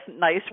nice